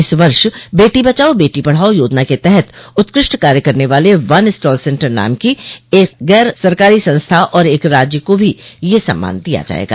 इस वर्ष बेटी बचाओ बेटी पढ़ाओ योजना के तहत उत्कृष्ट कार्य करने वाले वन स्टॉल सेंटर नाम की एक गैर सरकारी संस्था और एक राज्य को भी यह सम्मान दिया जायेगा